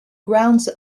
grounds